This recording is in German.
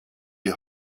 die